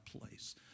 place